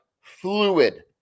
Fluid